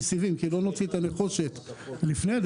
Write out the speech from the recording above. סיבים כי לא נוציא את הנחושת לפני כן.